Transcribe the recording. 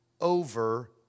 over